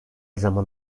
zaman